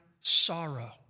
sorrow